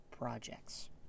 Projects